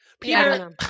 Peter